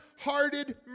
hearted